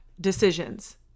decisions